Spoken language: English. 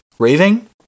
Raving